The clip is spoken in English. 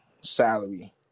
salary